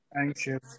anxious